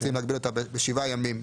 רוצים להגביל אותה בשבעה ימים,